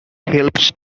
helps